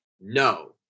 No